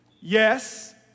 Yes